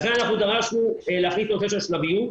לכן אנחנו דרשנו להחליט על שלבים.